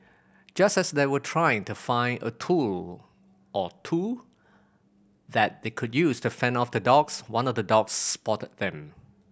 just as they were trying to find a tool or two that they could use to fend off the dogs one of the dogs spotted them